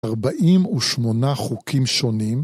48 חוקים שונים